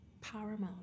paramount